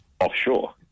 offshore